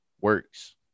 works